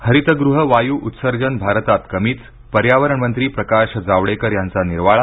हरितगृह वायू उत्सर्जन भारतात कमीच पर्यावरण मंत्री प्रकाश जावडेकर यांचा निर्वाळा